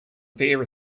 fair